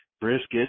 brisket